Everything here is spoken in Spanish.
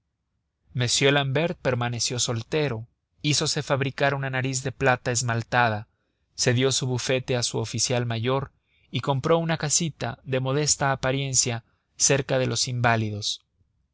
contigo m l'ambert permaneció soltero hízose fabricar una nariz de plata esmaltada cedió su bufete a su oficial mayor y compró una casita de modesta apariencia cerca de los inválidos